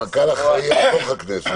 המנכ"ל קובע בתוך הכנסת.